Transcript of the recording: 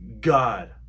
God